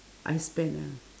I spend ah